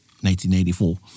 1984